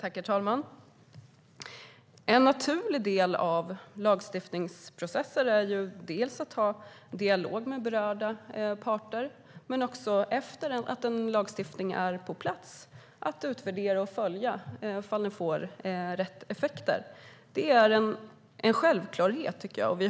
Herr talman! En naturlig del av lagstiftningsprocesser är dels att ha dialog med berörda parter, dels att efter det att en lagstiftning är på plats utvärdera och följa om den får rätt effekter. Det är en självklarhet, tycker jag.